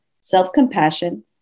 self-compassion